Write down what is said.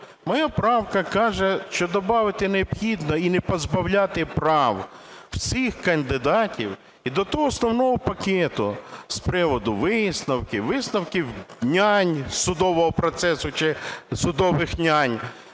Моя правка каже, що добавити необхідно і не позбавляти прав всіх кандидатів. І до того основного пакету з приводу висновків, висновків "нянь" судового процесу, чи "судових нянь",